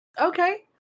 Okay